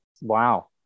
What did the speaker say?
Wow